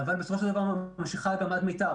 אבל בסופו של דבר יכול להיות שהיא ממשיכה אתם עד מיתר,